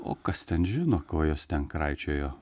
o kas ten žino ko jos ten kraičiojo